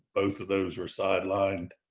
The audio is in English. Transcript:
both of those are sidelined.